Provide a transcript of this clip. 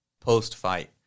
post-fight